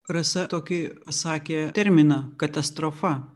rasa tokį sakė terminą katastrofa